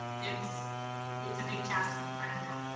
it's it's a big task in front of them.